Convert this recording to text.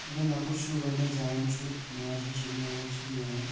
ییٚلہِ لۄکُٹ شُر گۄڈنٮ۪تھ زٮ۪وان چھُ ماجہِ شِکمہٕ منٛز چھُ نیران